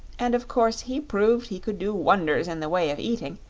and of course he proved he could do wonders in the way of eating,